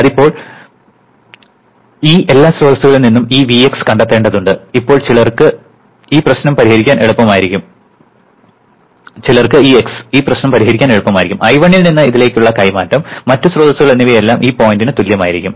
അതിനാൽ ഇപ്പോൾ ഈ എല്ലാ സ്രോതസ്സുകളിൽ നിന്നും ഈ Vx കണ്ടെത്തേണ്ടതുണ്ട് ഇപ്പോൾ ചിലർക്ക് × ഈ പ്രശ്നം പരിഹരിക്കാൻ എളുപ്പമായിരിക്കും I1 ൽ നിന്ന് ഇതിലേക്കുള്ള കൈമാറ്റം മറ്റ് സ്രോതസ്സുകൾ എന്നിവയെല്ലാം ഈ പോയിന്റിന് തുല്യമായിരിക്കും